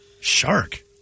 Shark